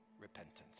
repentance